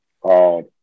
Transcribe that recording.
called